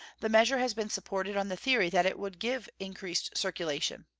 the measure has been supported on the theory that it would give increased circulation.